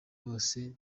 bose